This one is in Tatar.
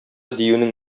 диюнең